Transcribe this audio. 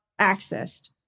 accessed